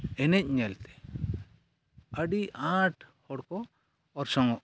ᱮᱱᱮᱡ ᱧᱮᱞᱛᱮ ᱟᱹᱰᱤ ᱟᱸᱴ ᱦᱚᱲᱠᱚ ᱚᱨᱥᱚᱝᱼᱚᱜ ᱠᱟᱱᱟ